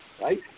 right